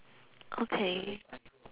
okay